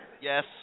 Yes